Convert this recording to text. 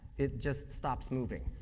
it just stops moving,